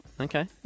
Okay